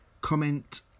comment